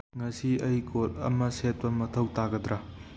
ꯉꯁꯤ ꯑꯩ ꯀꯣꯠ ꯑꯃ ꯁꯦꯠꯄ ꯃꯊꯧ ꯇꯥꯒꯗ꯭ꯔ